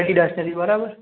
અડીડાસની હતી બરાબર